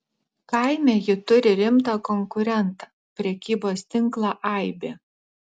kaime ji turi rimtą konkurentą prekybos tinklą aibė